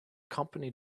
company